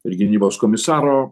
ir gynybos komisaro